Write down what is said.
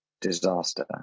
disaster